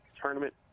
tournament